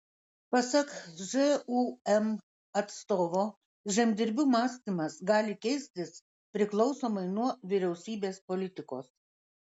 pasak žūm atstovo žemdirbių mąstymas gali keistis priklausomai nuo vyriausybės politikos